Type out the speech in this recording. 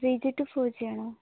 three G two four G ആണോ